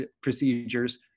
procedures